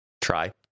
try